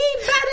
better